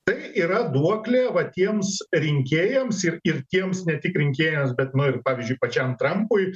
tai yra duoklė va tiems rinkėjams ir ir tiems ne tik rinkėjams bet nu ir pavyzdžiui pačiam trampui